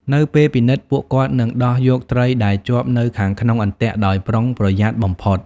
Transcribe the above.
នៅពេលពិនិត្យ ពួកគាត់នឹងដោះយកត្រីដែលជាប់នៅខាងក្នុងអន្ទាក់ដោយប្រុងប្រយ័ត្នបំផុត។